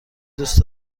دوست